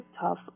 tough